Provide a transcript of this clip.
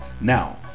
Now